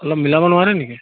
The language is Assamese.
অলপ মিলাব নোৱাৰে নেকি